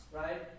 right